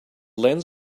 lens